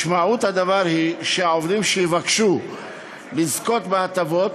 משמעות הדבר היא שהעובדים שיבקשו לזכות בהטבות